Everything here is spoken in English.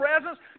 presence